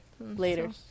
later